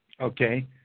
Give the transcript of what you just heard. okay